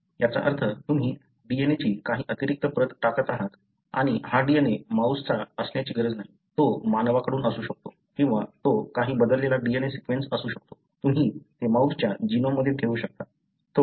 याचा अर्थ तुम्ही DNA ची काही अतिरिक्त प्रत टाकत आहात आणि हा DNA माऊसचा असण्याची गरज नाही तो मानवाकडून असू शकतो किंवा तो काही बदललेला DNA सीक्वेन्स असू शकतो तुम्ही ते माऊसच्या जीनोममध्ये ठेवू शकता